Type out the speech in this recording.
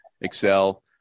excel